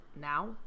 now